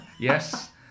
Yes